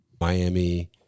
Miami